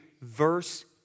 verse